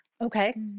okay